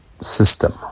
system